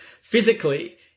physically